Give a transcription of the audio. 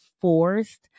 forced